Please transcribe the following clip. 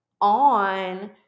on